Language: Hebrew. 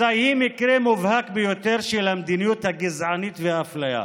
אז היא מקרה מובהק ביותר של המדיניות הגזענית והאפליה.